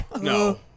No